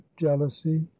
jealousy